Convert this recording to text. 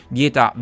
dieta